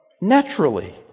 naturally